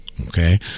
okay